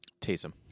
Taysom